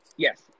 Yes